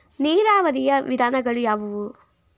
ನೀರಾವರಿಯ ವಿಧಾನಗಳು ಯಾವುವು?